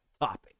topic